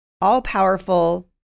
all-powerful